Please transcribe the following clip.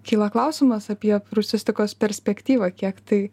kyla klausimas apie prūsistikos perspektyvą kiek tai